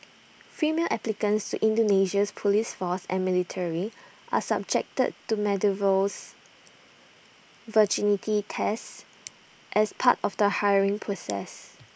female applicants to Indonesia's Police force and military are subjected to medievals virginity tests as part of the hiring process